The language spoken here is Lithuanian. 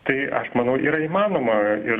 tai aš manau yra įmanoma ir